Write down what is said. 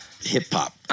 hip-hop